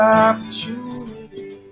opportunity